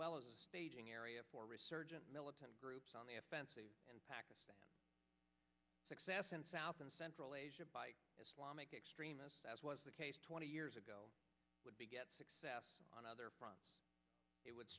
well as a staging area for resurgent militant groups on the offensive in pakistan success in south and central asia by islamic extremists as was the case twenty years ago would beget success on other fronts it would